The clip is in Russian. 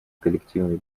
коллективную